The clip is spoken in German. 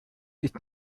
ist